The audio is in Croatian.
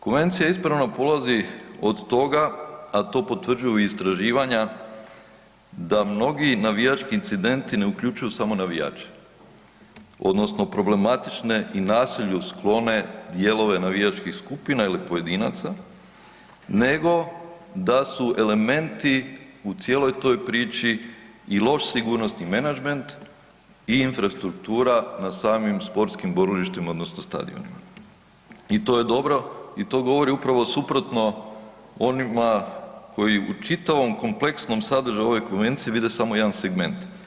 Konvencija ispravno polazi od toga, a to potvrđuju i istraživanja da mnogi navijački incidenti ne uključuju samo navijače, odnosno problematične i nasilju sklone dijelove navijačkih skupina ili pojedinaca, nego da su elementi u cijeloj toj priči i loš sigurnosni menadžment i infrastruktura na samim sportskim borilištima odnosno stadionima i to je dobro i to govori upravo suprotno onima koji u čitavom kompleksnom sadržaju ove konvencije vide samo jedan segment.